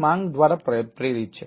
શોધમાં છે